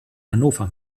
hannover